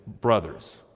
brothers